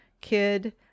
Kid